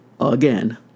again